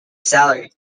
salary